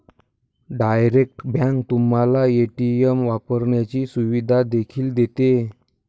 direct bank तुम्हाला ATM वापरण्याची सुविधा देखील देते